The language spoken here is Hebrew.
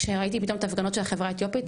כשראיתי פתאום את ההפגנות של החברה האתיופית,